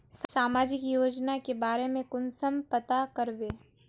सामाजिक योजना के बारे में कुंसम पता करबे?